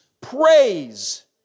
praise